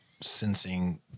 sensing